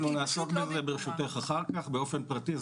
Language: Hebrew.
אנחנו נעסוק בזה ברשותך אחר כך באופן פרטי.